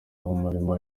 umurimo